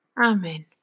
Amen